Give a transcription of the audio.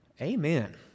Amen